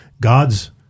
God's